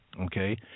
Okay